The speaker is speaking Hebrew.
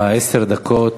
עשר דקות.